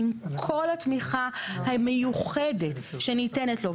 עם כל התמיכה המיוחדת שניתנת לו,